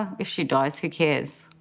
if she dies, who cares?